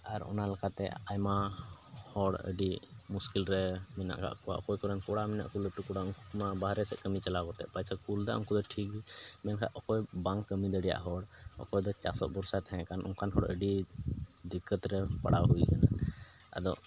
ᱟᱨ ᱚᱱᱟ ᱞᱮᱠᱟᱛᱮ ᱟᱭᱢᱟ ᱦᱚᱲ ᱟᱹᱰᱤ ᱢᱩᱥᱠᱤᱞ ᱨᱮ ᱢᱮᱱᱟᱜ ᱟᱠᱟᱫ ᱠᱚᱣᱟ ᱚᱠᱚᱭ ᱠᱚᱨᱮᱱ ᱠᱚᱲᱟ ᱢᱮᱱᱟᱜ ᱠᱚᱣᱟ ᱞᱟᱹᱴᱩ ᱠᱚᱲᱟ ᱢᱟ ᱵᱟᱦᱨᱮ ᱥᱮᱫ ᱠᱟᱹᱢᱤ ᱪᱟᱞᱟᱣ ᱠᱟᱛᱮᱫ ᱯᱚᱭᱥᱟ ᱠᱚ ᱠᱩᱞ ᱮᱫᱟ ᱩᱱᱠᱩ ᱫᱚ ᱴᱷᱤᱠ ᱜᱮ ᱢᱮᱱᱠᱷᱟᱱ ᱚᱠᱚᱭ ᱵᱟᱝ ᱠᱟᱹᱢᱤ ᱫᱟᱲᱮᱭᱟᱜ ᱦᱚᱲ ᱚᱠᱚᱭ ᱫᱚ ᱪᱟᱥᱚᱜ ᱵᱷᱚᱨᱥᱟᱭ ᱛᱟᱦᱮᱸ ᱠᱟᱱ ᱚᱱᱠᱟᱱ ᱦᱚᱲ ᱟᱹᱰᱤ ᱫᱤᱠᱠᱟᱹᱛ ᱨᱮ ᱯᱟᱲᱟᱣ ᱦᱩᱭ ᱠᱟᱱᱟ ᱟᱫᱚ